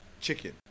chicken